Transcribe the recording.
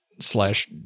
slash